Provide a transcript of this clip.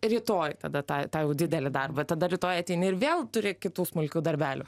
rytoj tada tą tą jau didelį darbą tada rytoj ateini ir vėl turi kitų smulkių darbelių